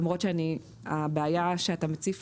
למרות שהבעיה שאתה מציף